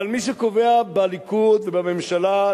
אבל מי שקובע בליכוד ובממשלה,